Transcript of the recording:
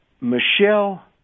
Michelle